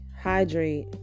Hydrate